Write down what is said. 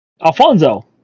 Alfonso